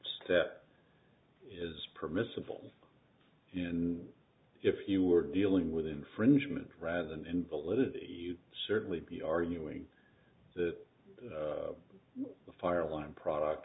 step is permissible in if you are dealing with infringement rather than in validity certainly be arguing that the fire line product